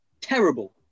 Terrible